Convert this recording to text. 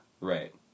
Right